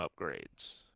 upgrades